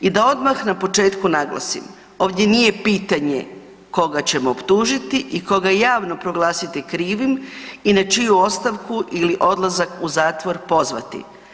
I da odmah na početku naglasim ovdje nije pitanje koga ćemo optužiti i koga javno proglasiti krivim i na čiju ostavku ili odlazak u zatvor pozvati.